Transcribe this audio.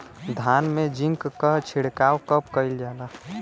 धान में जिंक क छिड़काव कब कइल जाला?